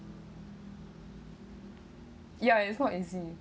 ya it's not easy